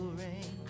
rain